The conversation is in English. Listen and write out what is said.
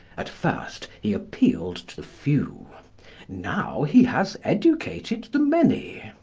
at first he appealed to the few now he has educated the many.